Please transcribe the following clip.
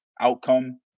outcome